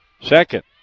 second